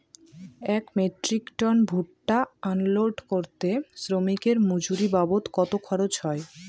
এক metric tonne ভুট্টা unload করতে শ্রমিকের মজুরি বাবদ কত খরচ হয়?